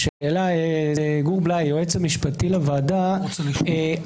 רק ביקשתי, הוריתי,